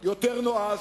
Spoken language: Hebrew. יותר נועז,